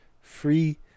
free